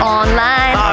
online